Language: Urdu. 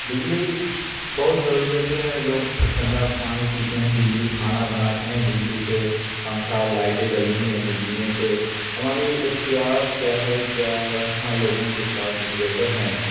بجلی بہت سہولیتیں ہیں لوگ ٹھنڈا پانی پیتے ہیں بجلی کھانا بناتے ہیں بجلی سے پنکھا لائٹیں جلتی ہیں بجلی سے ہماری اختیارات کیا ہے کیا ہاں لوگوں کے پاس انویٹر ہیں